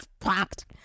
packed